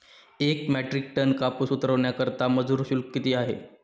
एक metric tonne कापूस उतरवण्याकरता मजूर शुल्क किती आहे?